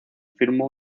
firmó